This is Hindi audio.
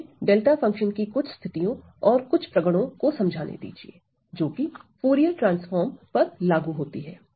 तो मुझे डेल्टा फंक्शन की कुछ स्थितियों और कुछ प्रगुणओ को समझाने दीजिए जोकि फूरिये ट्रांसफार्म पर लागू होती है